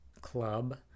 club